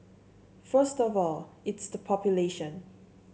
first of all it's the population